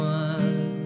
one